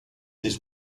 his